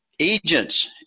Agents